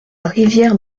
rivière